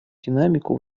динамику